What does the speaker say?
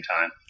time